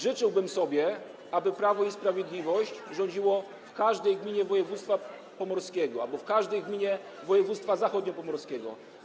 Życzyłbym sobie, aby Prawo i Sprawiedliwość rządziło w każdej gminie województwa pomorskiego albo w każdej gminie województwa zachodniopomorskiego.